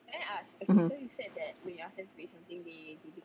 mmhmm